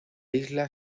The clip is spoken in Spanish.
isla